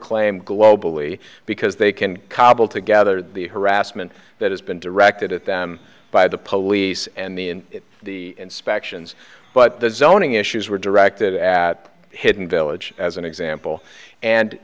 claim globally because they can cobble together the harassment that has been directed at them by the police and the in the inspections but the zoning issues were directed at hidden village as an example and